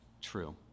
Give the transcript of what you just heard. true